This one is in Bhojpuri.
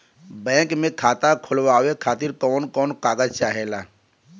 बैंक मे खाता खोलवावे खातिर कवन कवन कागज चाहेला?